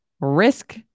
risk